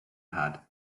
pad